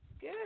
Good